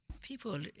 people